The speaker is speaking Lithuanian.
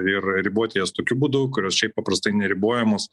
ir riboti jas tokiu būdu kurios šiaip paprastai neribojamos